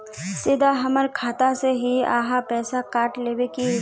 सीधा हमर खाता से ही आहाँ पैसा काट लेबे की?